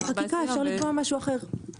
ובחקיקה אפשר לקבוע משהו אחר.